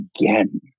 again